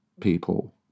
people